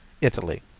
italy